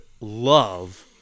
love